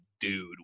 dude